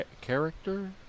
Character